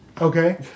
Okay